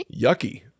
yucky